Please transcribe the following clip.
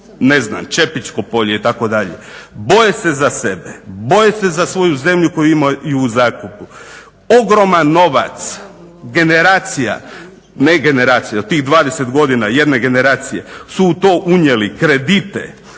ne znam Čepičko polje itd. bolje se za sebe, boje se za svoju zemlju koju imaju u zakupu. Ogroman novac generacija, ne generacija, od tih 20 godina jedne generacije su u to unijeli kredite.